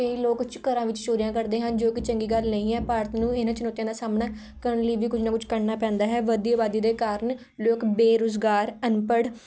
ਕਈ ਲੋਕ ਘਰਾਂ ਵਿੱਚ ਚੋਰੀਆਂ ਕਰਦੇ ਹਨ ਜੋ ਕਿ ਚੰਗੀ ਗੱਲ ਨਹੀਂ ਹੈ ਭਾਰਤ ਨੂੰ ਇਹਨਾਂ ਚੁਣੌਤੀਆਂ ਦਾ ਸਾਹਮਣਾ ਕਰਨ ਲਈ ਵੀ ਕੁਝ ਨਾ ਕੁਝ ਕਰਨਾ ਪੈਂਦਾ ਹੈ ਵੱਧਦੀ ਆਬਾਦੀ ਦੇ ਕਾਰਨ ਲੋਕ ਬੇਰੁਜ਼ਗਾਰ ਅਨਪੜ੍ਹ